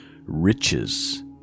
Riches